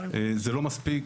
זה לא מספיק,